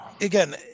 again